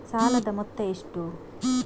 ಸಾಲದ ಮೊತ್ತ ಎಷ್ಟು?